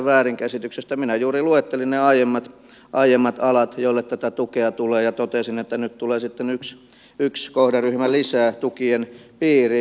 minä juuri luettelin ne aiemmat alat joille tätä tukea tulee ja totesin että nyt tulee sitten yksi kohderyhmä lisää tukien piiriin